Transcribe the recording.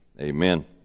Amen